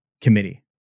committee